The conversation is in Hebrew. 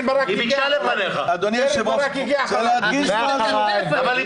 רוצה לחזור לנקודה שאני